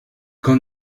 quand